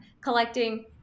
collecting